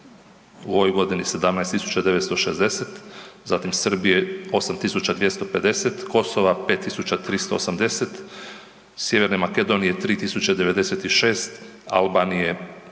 u ovoj godini 17.960, zatim Srbije 8.250, Kosova 5.380, Sjeverne Makedonije 3.096, Albanije